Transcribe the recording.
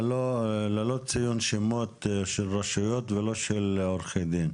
ללא ציון שמות של רשויות ולא של עורכי דין.